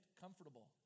comfortable